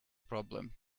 problem